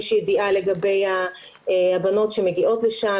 יש ידיעה לגבי הבנות שמגיעות לשם,